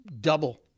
double